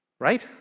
Right